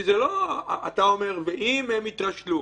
אתה אומר ואם הם התרשלו?